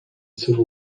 civil